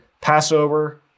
Passover